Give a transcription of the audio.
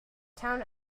town